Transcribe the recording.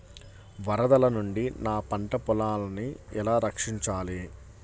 వరదల నుండి నా పంట పొలాలని ఎలా రక్షించాలి?